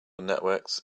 networks